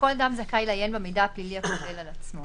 כל אדם זכאי לעיין במידע הפלילי הכולל על עצמו.